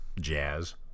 jazz